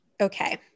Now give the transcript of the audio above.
okay